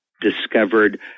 discovered